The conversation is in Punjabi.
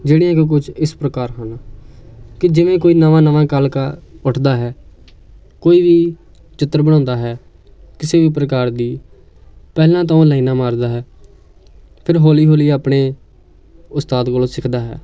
ਜਿਹੜੇ ਕਿ ਕੁਛ ਇਸ ਪ੍ਰਕਾਰ ਹਨ ਕਿ ਜਿਵੇਂ ਕੋਈ ਨਵਾਂ ਨਵਾਂ ਕਲਾਕਾਰ ਉੱਠਦਾ ਹੈ ਕੋਈ ਵੀ ਚਿੱਤਰ ਬਣਾਉਂਦਾ ਹੈ ਕਿਸੇ ਵੀ ਪ੍ਰਕਾਰ ਦੀ ਪਹਿਲਾਂ ਤਾਂ ਉਹ ਲਾਈਨਾਂ ਮਾਰਦਾ ਹੈ ਫਿਰ ਹੌਲੀ ਹੌਲੀ ਆਪਣੇ ਉਸਤਾਦ ਕੋਲੋਂ ਸਿੱਖਦਾ ਹੈ